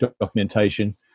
documentation